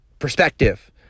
perspective